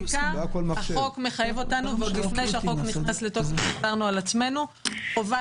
החוק מחייב אותנו ועוד לפני שהוא נכנס לתוקף גזרנו על עצמנו חובה